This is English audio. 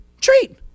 treat